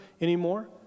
anymore